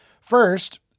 First